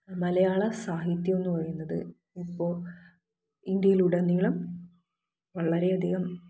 മലയാള സാഹിത്യം എന്ന് പറയുന്നത് ഇപ്പോൾ ഇന്ത്യയിലുടനീളം വളരെയധികം